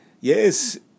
Yes